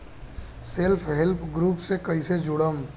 Self help group से कइसे जुड़म?